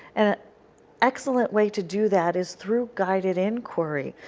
an excellent way to do that is through guided inquiry,